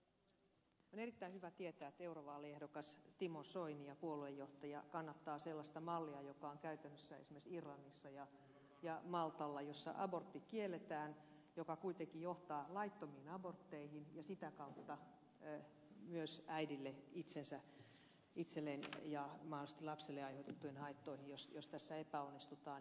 on erittäin hyvä tietää että eurovaaliehdokas ja puoluejohtaja timo soini kannattaa sellaista mallia joka on käytännössä esimerkiksi irlannissa ja maltalla missä abortti kielletään joka kuitenkin johtaa laittomiin abortteihin ja sitä kautta myös äidille itselleen ja mahdollisesti lapselle aiheutettuihin haittoihin jos tässä epäonnistutaan